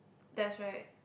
that's right